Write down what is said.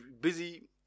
busy